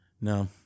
No